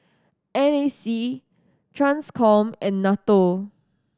N A C Transcom and NATO